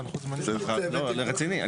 רציני.